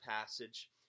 passage